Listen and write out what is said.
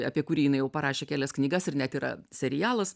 apie kurį jinai jau parašė kelias knygas ir net yra serialas